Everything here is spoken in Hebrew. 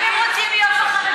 ואם הם רוצים להיות בחרדי?